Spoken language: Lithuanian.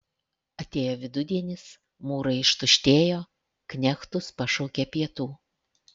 atėjo vidudienis mūrai ištuštėjo knechtus pašaukė pietų